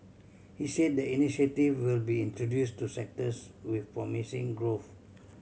he said the initiative will be introduced to sectors with promising growth